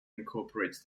incorporates